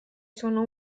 sono